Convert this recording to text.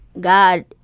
God